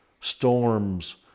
storms